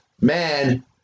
man